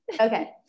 okay